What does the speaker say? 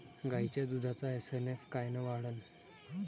गायीच्या दुधाचा एस.एन.एफ कायनं वाढन?